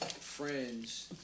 friends